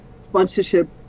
sponsorship